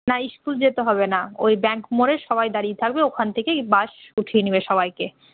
না স্কুল যেতে হবে না ওই ব্যাংক মোড়ে সবাই দাঁড়িয়ে থাকবে ওখান থেকেই বাস উঠিয়ে নেবে সবাইকে